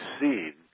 seen